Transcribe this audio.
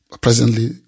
presently